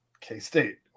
K-State